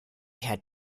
had